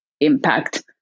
impact